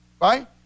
right